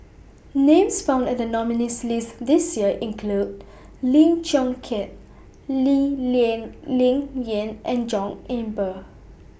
Names found in The nominees' list This Year include Lim Chong Keat Lee Lian Ling Yen and John Eber